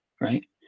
right